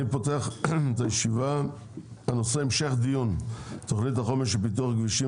אני פותח את הישיבה בנושא: המשך דיון תוכנית החומש לפיתוח כבישים